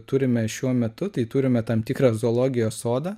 turime šiuo metu tai turime tam tikrą zoologijos sodą